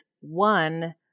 one